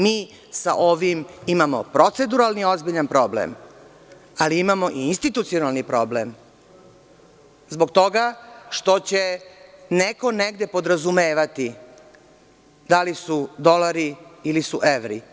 Mi sa ovim imamo proceduralni ozbiljan problem, ali imamo i institucionalni problem zbog toga što će neko negde podrazumevati da li su dolari ili su evri.